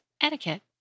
etiquette